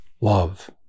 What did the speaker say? love